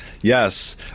Yes